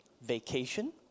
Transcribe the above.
vacation